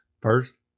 First